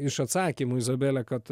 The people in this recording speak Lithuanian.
iš atsakymų izabele kad